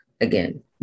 again